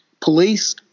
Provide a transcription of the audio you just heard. police